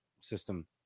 system